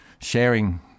sharing